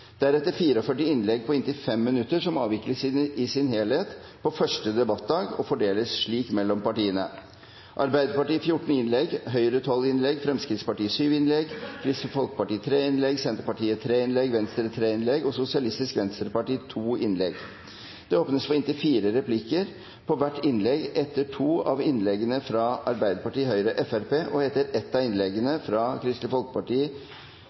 deretter 44 innlegg på inntil 5 minutter, som avvikles i sin helhet på første debattdag, og fordeles slik mellom partiene: Arbeiderpartiet 14 innlegg, Høyre 12 innlegg, Fremskrittspartiet 7 innlegg, Kristelig Folkeparti 3 innlegg, Senterpartiet 3 innlegg, Venstre 3 innlegg og Sosialistisk Venstreparti 2 innlegg. Det åpnes for inntil fire replikker på hvert innlegg etter to av innleggene fra Arbeiderpartiet, Høyre og Fremskrittspartiet og etter ett av innleggene fra Kristelig Folkeparti,